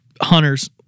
hunters